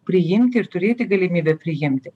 priimti ir turėti galimybę priimti